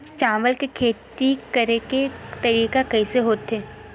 चावल के खेती करेके तरीका कइसे होथे?